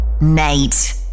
Nate